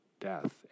death